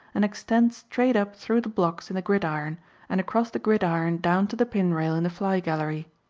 and extend straight up through the blocks in the gridiron and across the gridiron down to the pin-rail in the fly-gallery.